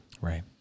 Right